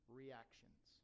reactions